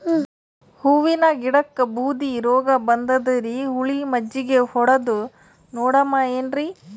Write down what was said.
ಹೂವಿನ ಗಿಡಕ್ಕ ಬೂದಿ ರೋಗಬಂದದರಿ, ಹುಳಿ ಮಜ್ಜಗಿ ಹೊಡದು ನೋಡಮ ಏನ್ರೀ?